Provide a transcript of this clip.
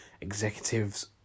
executives